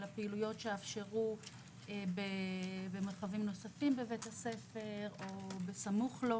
אלא פעילויות שיאפשרו במרחבים נוספים בבית הספר או בסמוך לו.